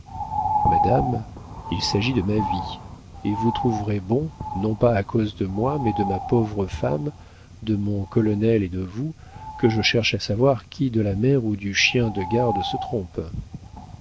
madame il s'agit de ma vie et vous trouverez bon non pas à cause de moi mais de ma pauvre femme de mon colonel et de nous que je cherche à savoir qui de la mère ou du chien de garde se trompe